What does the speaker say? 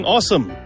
Awesome